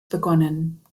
begonnen